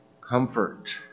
comfort